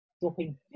dropping